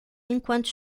enquanto